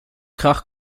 krach